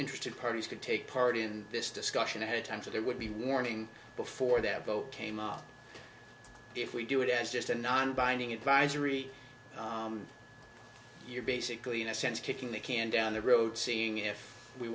interested parties could take part in this discussion ahead of time to there would be warning before that vote came up if we do it as just a non binding advisory you're basically in a sense kicking the can down the road seeing if we